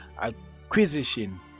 acquisition